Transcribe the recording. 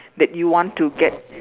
that you want to get